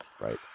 Right